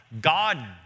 God